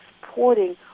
supporting